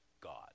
God